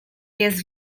jest